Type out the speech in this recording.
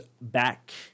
back